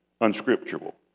unscriptural